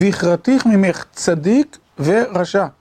ואיחרטיך ממך צדיק ורשע